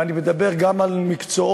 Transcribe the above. ואני מדבר גם על מקצועות